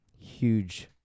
huge